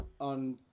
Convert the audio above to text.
on